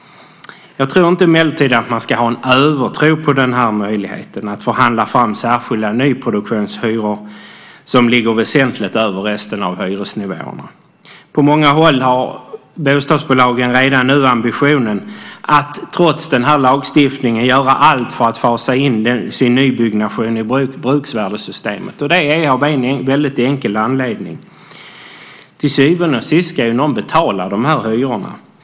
Jag tror emellertid inte att man ska ha en övertro på denna möjlighet att förhandla fram särskilda nyproduktionshyror som ligger väsentligt över hyresnivån för resten av beståndet. På många håll har bostadsbolagen redan nu ambitionen att trots denna lagstiftning göra allt för att fasa in sin nybyggnation i bruksvärdessystemet. Och det är av en väldigt enkel anledning, nämligen att någon till syvende och sist ska betala dessa hyror.